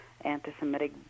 anti-Semitic